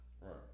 Right